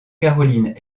caroline